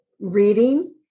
reading